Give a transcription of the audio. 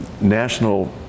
national